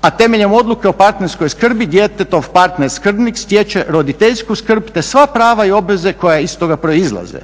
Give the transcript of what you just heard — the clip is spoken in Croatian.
a temeljem odluke o partnerskoj skrbi djetetov partner skrbnik stječe roditeljsku skrb te sva prava i obveze koje iz toga proizlaze.